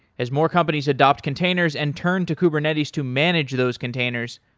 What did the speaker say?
as more companies adopt containers and turn to kubernetes to manage those containers,